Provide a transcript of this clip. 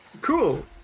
Cool